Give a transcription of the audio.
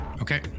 Okay